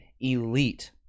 elite